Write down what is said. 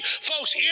folks